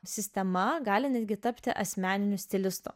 sistema gali netgi tapti asmeniniu stilistu